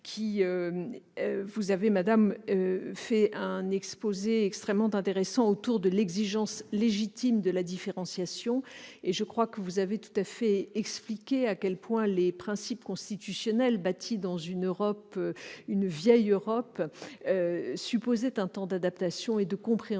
et a fait un exposé extrêmement intéressant sur l'exigence légitime de la différenciation. Elle a parfaitement expliqué à quel point les principes constitutionnels bâtis dans la vieille Europe supposaient un temps d'adaptation et de compréhension